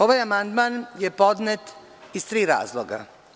Ovaj amandman je podnet iz tri razloga.